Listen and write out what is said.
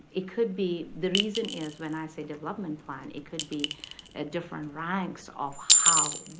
it could be, the reason is when i say development plan, it could be ah different ranks of how,